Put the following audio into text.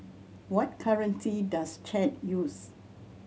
what currency does Chad use